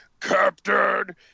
Captain